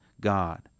God